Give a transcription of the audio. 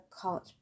college